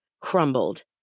crumbled